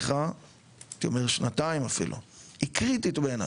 הייתי אומר שנתיים אפילו, היא קריטית בעיניי.